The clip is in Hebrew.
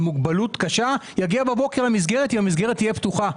מוגבלות קשה יגיע בבוקר למסגרת ואם המסגרת תהיה פתוחה.